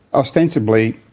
ostensibly